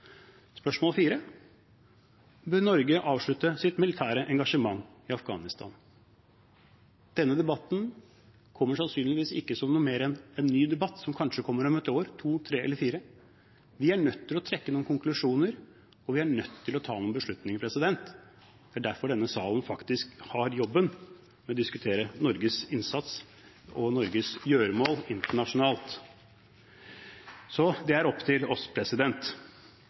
Bør Norge avslutte sitt militære engasjement i Afghanistan? Denne debatten kommer sannsynligvis ikke som noe mer enn en ny debatt som kanskje kommer om ett, to, tre eller fire år. Vi er nødt til å trekke noen konklusjoner. Vi er nødt til å ta noen beslutninger. Det er faktisk derfor denne salen har jobben med å diskutere Norges innsats og Norges gjøremål internasjonalt. Så det er opp til oss.